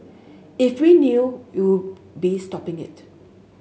if we knew you'll be stopping it